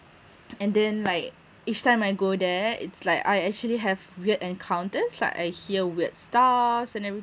and then like each time I go there it's like I actually have weird encounters like I hear weird stuffs and everything